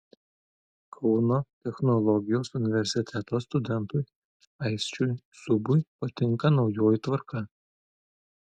kauno technologijos universiteto studentui aisčiui zubui patinka naujoji tvarka